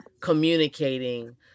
communicating